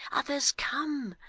others come!